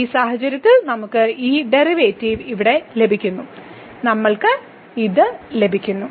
ഈ സാഹചര്യത്തിൽ നമുക്ക് ഈ ഡെറിവേറ്റീവ് ഇവിടെ ലഭിക്കുന്നു നമ്മൾക്ക് ഇത് ലഭിക്കുന്നു